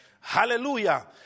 Hallelujah